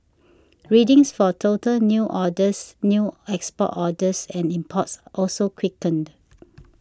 readings for total new orders new export orders and imports also quickened